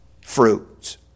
fruits